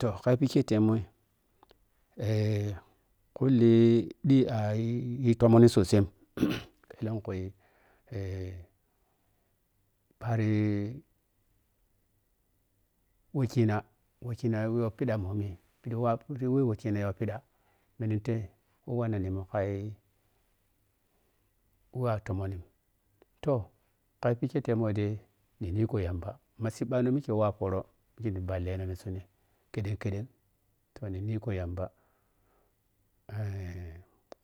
Toh khayafike temoi kuli ɗi a yu tomonni so sai ɛlenkui paroi wokhina, wokuna yo pida momi, pida wa, pidi wub wolikhina yo piɗa mininteh woh wannen nimun khai woh à tomon nim toh. Khayafikhe temoi ɗai n niko yamba ma cibba no mikhe wa foro mikhe ti balleno nin sunin keden-keden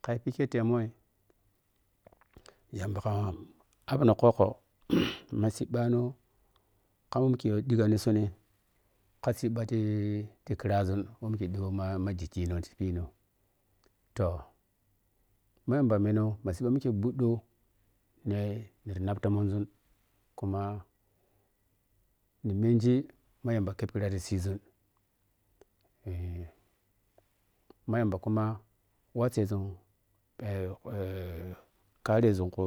ka ya fi khe temoi yamba kah abno kokko mu cibba no kam ma mikhe yo ɗiga nin suni ka cibba ti khiraʒun we mikhe ɗiyo ma ma gigkhino ti pino toma yamba meni ma cibba mikhe gbuɗɗ neh-nire nab tommonʒun khuma ni menji ma yamba keb khira ti khiʒun ma yamba kumah waseʒun kareʒum khu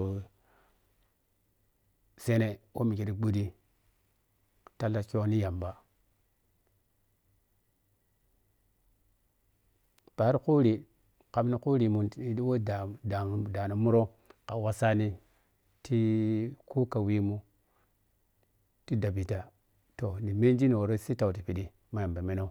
seneh ko mikhe te gbudi talla kyohoni yamba. Paro khuri, kham ni khurinma tipidi weh danu edani muro kha woh sani ti kuka wemu ti dabita toh- ni menji ni wor sittau tipichi ma yamba menau.